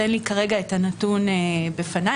אין לי כרגע הנתון בפניי,